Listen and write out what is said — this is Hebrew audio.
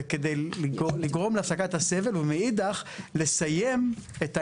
וכדי לגרום להפסקת הסבל ומאידך לסיים את העניין,